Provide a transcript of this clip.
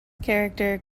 character